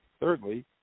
thirdly